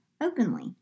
openly